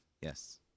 Yes